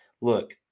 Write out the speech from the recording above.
Look